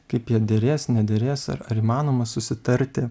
kaip jie derės nederės ar ar įmanoma susitarti